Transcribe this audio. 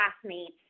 classmates